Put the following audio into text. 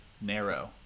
narrow